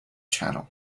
channel